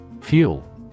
Fuel